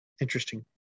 Interesting